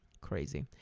Crazy